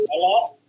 Hello